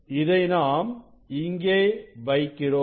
இதை நாம் இங்கே வைக்கிறோம்